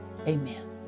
Amen